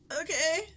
Okay